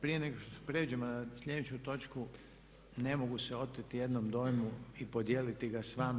Prije nego što prijeđemo na sljedeću točku ne mogu se oteti jednom dojmu i podijeliti ga s vama.